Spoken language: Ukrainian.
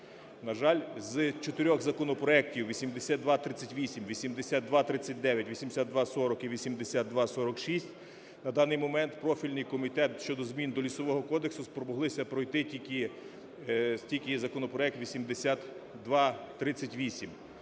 На жаль, з чотирьох законопроектів 8238, 8239, 8240 і 8246 на даний момент профільний комітет щодо змін до Лісового кодексу спромоглися пройти тільки законопроект 8238.